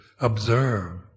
observe